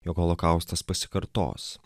jog holokaustas pasikartos